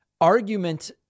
Argument